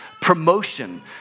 promotion